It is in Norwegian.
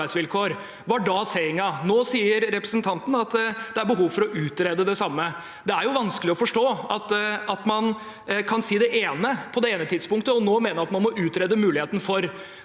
var sayingen da. Nå sier representanten at det er behov for å utrede det samme. Det er vanskelig å forstå at man kunne si det på det tidspunktet – og nå mener at man må utrede muligheten for